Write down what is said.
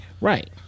Right